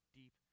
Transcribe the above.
deep